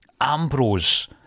Ambrose